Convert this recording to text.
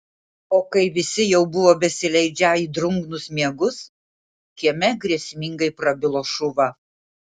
o kai visi jau buvo besileidžią į drungnus miegus kieme grėsmingai prabilo šuva